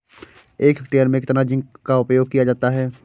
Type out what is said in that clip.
एक हेक्टेयर में कितना जिंक का उपयोग किया जाता है?